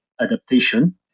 adaptation